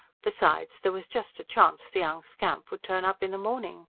besides, there was just a chance the young scamp would turn up in the morning.